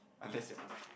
unless you are like